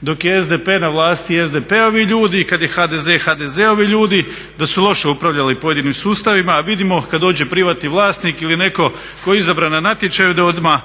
dok je SDP na vlasti, SDP-ovi ljudi, i kad je HDZ, HDZ-ovi ljudi da su loše upravljali pojedinim sustavima a vidimo kad dođe privatni vlasnik ili neko ko je izabran na natječaju da odmah